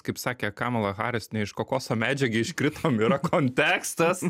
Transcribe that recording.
kaip sakė kamala haris ne iš kokoso medžio gi iškritom yra kontekstas